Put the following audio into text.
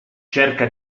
cerca